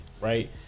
right